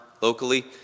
locally